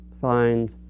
find